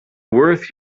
worth